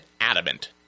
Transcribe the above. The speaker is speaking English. adamant